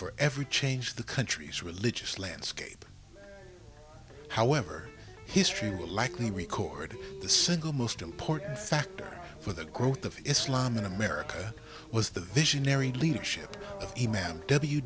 for every change the country's religious landscape however history will likely record the single most important factor for the growth of islam in america was the visionary leadership